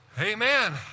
Amen